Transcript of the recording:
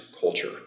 culture